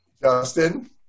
Justin